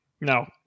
No